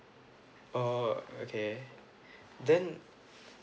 oh okay then